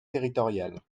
territoriale